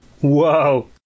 Whoa